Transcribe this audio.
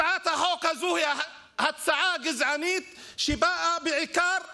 הצעת החוק הזו היא הצעה גזענית שבאה בעיקר להרוס.